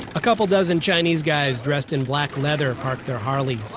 a couple dozen chinese guys dressed in black leather park their harleys.